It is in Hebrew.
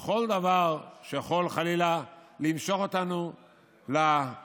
מכל דבר שיכול חלילה למשוך אותנו לעולם